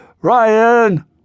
Ryan